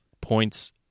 points